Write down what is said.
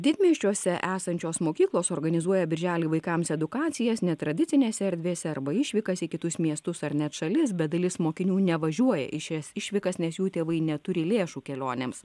didmiesčiuose esančios mokyklos organizuoja birželį vaikams edukacijas netradicinėse erdvėse arba išvykas į kitus miestus ar net šalis bet dalis mokinių nevažiuoja į šias išvykas nes jų tėvai neturi lėšų kelionėms